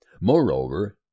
Moreover